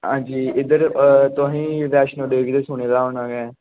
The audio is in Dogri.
आं जी इद्धर तुसें गी वैष्णो देवी ते सुने दा होना गै